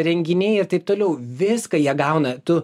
renginiai ir taip toliau viską jie gauna tu